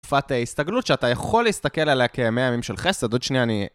תקופת ההסתגלות שאתה יכול להסתכל עליה כמאה ימים של חסד, עוד שנייה אני...